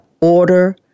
order